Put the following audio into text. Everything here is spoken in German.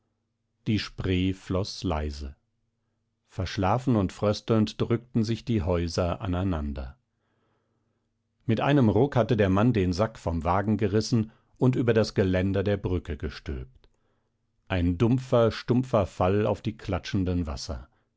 die spree floß leise verschlafen und fröstelnd drückten sich die häuser aneinander mit einem ruck hatte der mann den sack vom wagen gerissen und über das geländer der brücke gestülpt ein dumpfer stumpfer fall auf die klatschenden wasser